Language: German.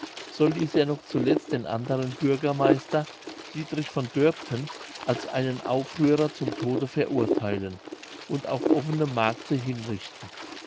so ließ er noch zuletzt den anderen bürgermeister diedrich von dörpten als einen aufrührer zum tode verurtheilen und auf offenem markte hinrichten